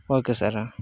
okay sir